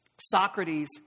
Socrates